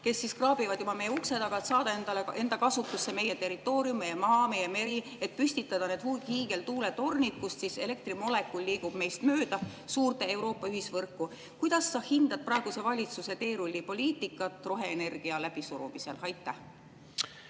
kes kraabivad juba meie ukse taga, et saada enda kasutusse meie territoorium, meie maa, meie meri, et püstitada need hiigeltuuletornid, kust siis elektrimolekul liigub meist mööda suurde Euroopa ühisvõrku. Kuidas sa hindad praeguse valitsuse teerullipoliitikat roheenergia läbisurumisel? Aitäh!